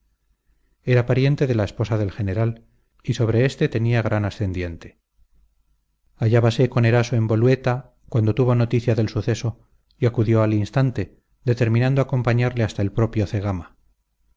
era pariente de la esposa del general y sobre éste tenía gran ascendiente hallábase con eraso en bolueta cuando tuvo noticia del suceso y acudió al instante determinando acompañarle hasta el propio cegama